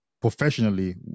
professionally